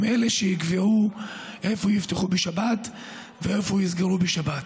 הם אלה שיקבעו איפה יפתחו בשבת ואיפה יסגרו בשבת.